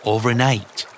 Overnight